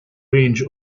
range